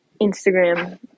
Instagram